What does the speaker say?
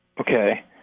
okay